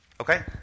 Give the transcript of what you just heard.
Okay